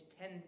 ten